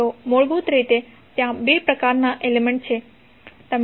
તો મુળભુત રીતે ત્યાં બે પ્રકારના એલિમેન્ટ છે જે તમે જોશો